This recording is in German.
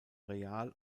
real